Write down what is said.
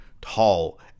tall